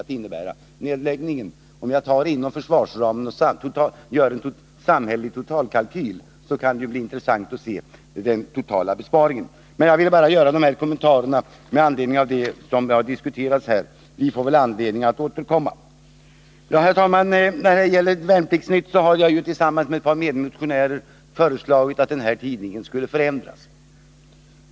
Det kan bli intressant att se den totala besparingen — om man gör en beräkning både vad avser försvarsramen och vad avser en samhällsekonomisk totalkalkyl. Jag ville bara göra de här kommentarerna med anledning av de diskussioner som har förts här. Vi får väl anledning att återkomma till dessa frågor. Herr talman! Jag har tillsammans med ett par medmotionärer föreslagit att tidningen Värnplikts-Nytt skall förändras.